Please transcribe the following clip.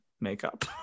makeup